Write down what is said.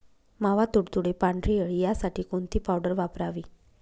मावा, तुडतुडे, पांढरी अळी यासाठी कोणती पावडर वापरावी?